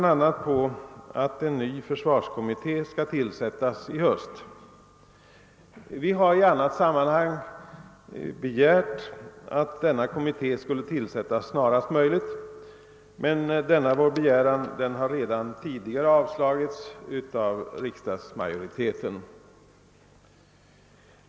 att en ny försvarskommitté skall tillsättas i höst. Vi har i annat sammanhang begärt att denna kommitté skulle tillsättas snarast möjligt, men denna vår begäran har tidigare avslagits av riksdagsmajoriteten.